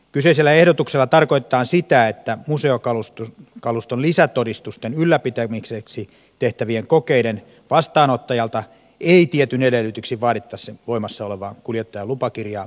kyseisellä ehdotuksella tarkoitetaan sitä että museokaluston lisätodistusten ylläpitämiseksi tehtävien kokeiden vastaanottajalta ei tietyin edellytyksin vaadittaisi voimassa olevaa kuljettajan lupakirjaa eikä lisätodistusta